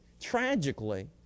tragically